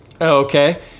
okay